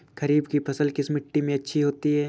खरीफ की फसल किस मिट्टी में अच्छी होती है?